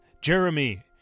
Jeremy